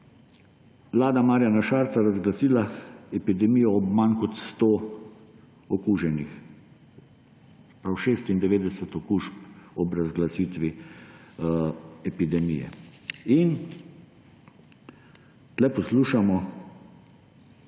vlada Marjana Šarca razglasila epidemijo ob manj kot sto okuženih. 96 okužb je bilo ob razglasitvi epidemije. Tu poslušamo neko